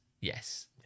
yes